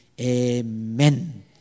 Amen